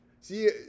See